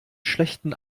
schlechten